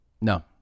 No